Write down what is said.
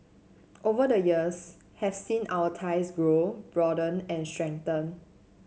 over the years have seen our ties grow broaden and strengthen